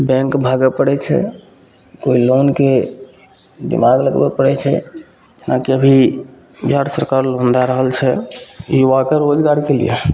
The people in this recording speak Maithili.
बैँक भागै पड़ै छै कोइ लोनके दिमाग लगबै पड़ै छै जेनाकि अभी बिहार सरकार लोन दै रहल छै युवाके रोजगारके लिए